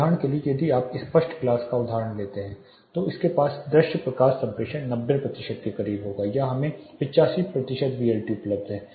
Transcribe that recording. उदाहरण के लिए यदि आप एक स्पष्ट ग्लास को उदाहरण के रूप में ले रहे हैं तो इसके पास दृश्य प्रकाश संप्रेषण 90 प्रतिशत के करीब होगा या हमें 85 प्रतिशत वीएलटी उपलब्ध है